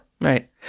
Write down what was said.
Right